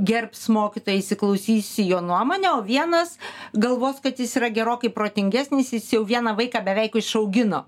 gerbs mokytoją įsiklausys į jo nuomonę o vienas galvos kad jis yra gerokai protingesnis jis jau vieną vaiką beveik išaugino